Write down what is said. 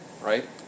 Right